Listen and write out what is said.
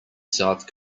south